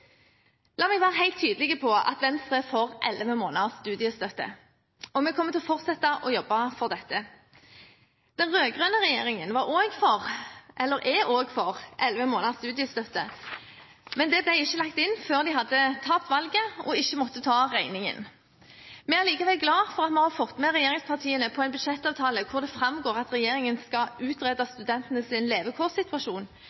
La meg være helt tydelig på at Venstre er for elleve måneders studiestøtte. Vi kommer til å fortsette å jobbe for dette. Den rød-grønne regjeringen var også for elleve måneders studiestøtte, men dette ble ikke lagt inn før de hadde tapt valget og ikke måtte ta regningen. Vi er allikevel glad for at vi har fått regjeringspartiene med på en budsjettavtale hvor det framgår at regjeringen skal utrede